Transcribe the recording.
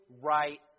right